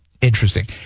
interesting